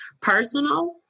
personal